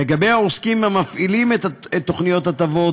לגבי העוסקים המפעילים תוכניות הטבות,